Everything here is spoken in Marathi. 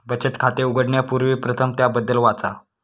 बचत खाते उघडण्यापूर्वी प्रथम त्याबद्दल वाचा